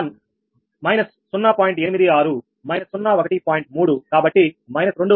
3 కాబట్టి 2